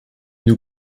nous